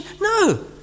No